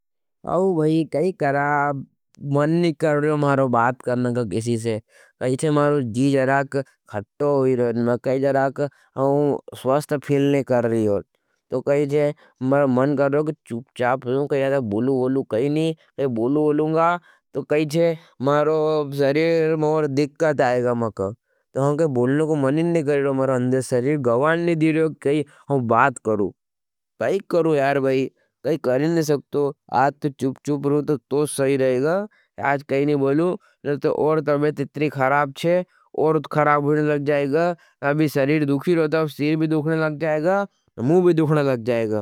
कैसे मारो जी जराक खटो हो रहे हो, कैसे मारो स्वास्ता फिल नहीं कर रहे हो। तो कैसे मारो मन कर रहे हो कि चुप चाप हो, कैसे बुलू बुलू कही नहीं, कैसे बुलू बुलू गा। तो कैसे मारो सरीर मारो दिक्कत आएगा मक। तो हम कैसे बुलने को मन नहीं कर रहे हो मरा अंध्य सरीर गवाण नहीं दिरे रहे। हो कि कैसे हम बात करू, कैसे करू यार भाई, कैसे करें नहीं सकतो। आज तो चुप चुप रहो तो तो सभी रहेगा। आज कैसे नहीं बोलू, निर्थव ओर्थ अबेत इतनी खराब छे, ओर्थ खराब होने लग जाए अबी सरीर दुखी रहता हो। सेर भी दुखने लग जाएगा, मुझ भी दुखने लग जाएगा।